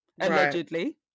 allegedly